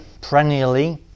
perennially